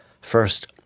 First